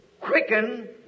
quicken